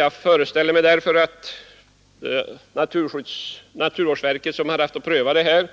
Jag föreställer mig att naturvårdsverket, som haft att pröva detta ärende,